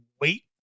wait